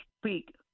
speak